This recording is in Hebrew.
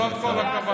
זאת כל הכוונה.